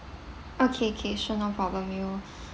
okay okay sure no problem we'll